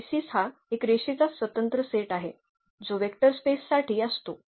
तर बेसीस हा एक रेषेचा स्वतंत्र सेट आहे जो वेक्टर स्पेस साठी असतो